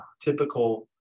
typical